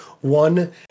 One